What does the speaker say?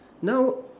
now